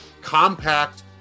compact